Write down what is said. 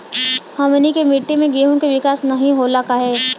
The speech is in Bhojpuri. हमनी के मिट्टी में गेहूँ के विकास नहीं होला काहे?